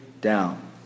down